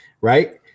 Right